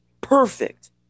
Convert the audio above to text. Perfect